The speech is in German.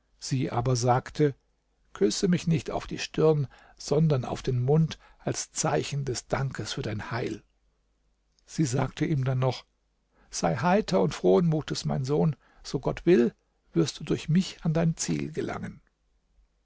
sie aber sagte küsse mich nicht auf die stirn sondern auf den mund als zeichen des dankes für dein heil sie sagte ihm dann noch sei heiter und frohen mutes mein sohn so gott will wirst du durch mich an dein ziel gelangen